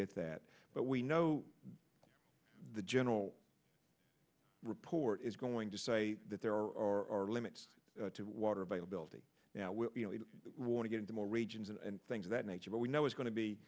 get that but we know the general report is going to say that there are limits to water availability now we want to get into more regions and things of that nature but we know it's going to be